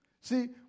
See